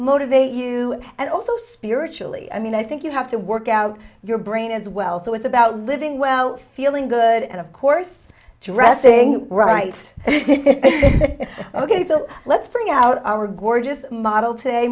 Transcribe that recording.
motivate you and also spiritually i mean i think you have to work out your brain as well so it's about living well feeling good and of course dressing right ok so let's bring out our gorgeous model to